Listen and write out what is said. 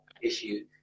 issue